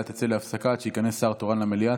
תצא להפסקה עד שייכנס שר תורן למליאה,